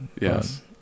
Yes